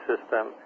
system